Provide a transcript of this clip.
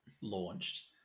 launched